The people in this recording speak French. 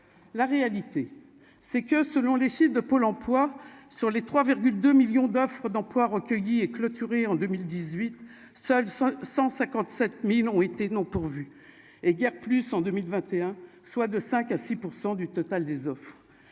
la réalité c'est que, selon les chiffres de Pôle emploi sur les 3 2 millions d'offres d'emplois recueillies et clôturé en 2018, seuls 157000 ont été non pourvus et guère plus en 2021, soit de 5 à 6 % du total des offres,